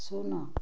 ଶୂନ